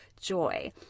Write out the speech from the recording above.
joy